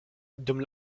dum